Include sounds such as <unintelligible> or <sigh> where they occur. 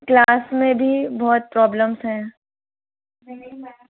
class में भी बहुत प्रॉब्लम्स हैं <unintelligible>